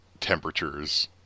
temperatures